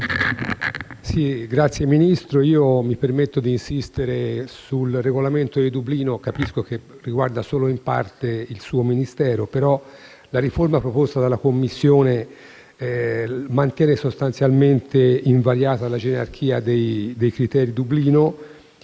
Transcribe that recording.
Signor Ministro, mi permetto di insistere sul regolamento di Dublino. Capisco che riguarda solo in parte il suo Ministero, ma la riforma proposta dalla Commissione mantiene sostanzialmente invariata la gerarchia dei criteri di Dublino,